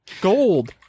Gold